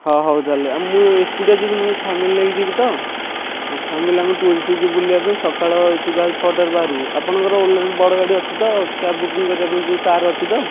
ହଁ ହେଉ ହେଉ ତା'ହେଲେ ଆଉ ମୁଁ ଏକୁଟିଆ ଯିବିନି ମୋ ଫ୍ୟାମିଲି ନେଇକି ଯିବି ତ ହଁ ଫ୍ୟାମିଲି ଆମର ଟୁରିଷ୍ଟରେ ଯିବୁ ବୁଲିବା ପାଇଁ ସକାଳ ଏଠୁ ଯାଇ ଛଅଟାରେ ବାହାରିବୁ ଆପଣଙ୍କର ଓଲା ବଡ଼ ଗାଡ଼ି ଅଛି ତ କ୍ୟାବ୍ ବୁକିଂ କରିବାକୁ ଯେଉଁ କାର୍ ଅଛି ତ